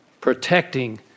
protecting